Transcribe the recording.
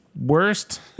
worst